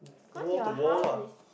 wall to wall lah